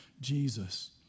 Jesus